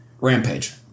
Rampage